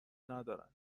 ندارند